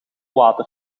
water